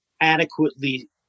adequately